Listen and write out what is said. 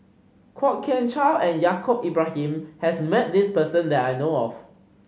Kwok Kian Chow and Yaacob Ibrahim has met this person that I know of